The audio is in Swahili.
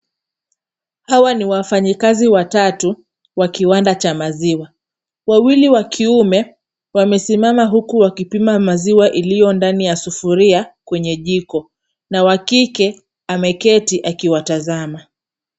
Hawa ni wafanyikazi watatu wa kiwanda cha maziwa. Wawili wa kiume wamesimama huku wakipima maziwa iliyo ndani ya sufuria kwenye jiko na wa kike ameketi akiwatazama.